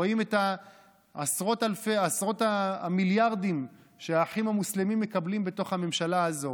רואים את עשרות המיליארדים שהאחים המוסלמים מקבלים בתוך הממשלה הזו.